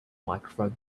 microphone